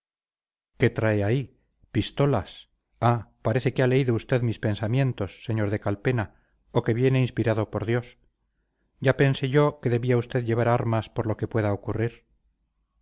qué trae ahí pistolas ah parece que ha leído usted mis pensamientos señor de calpena o que viene inspirado por dios ya pensé yo que debía usted llevar armas por lo que pueda ocurrir